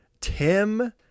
Tim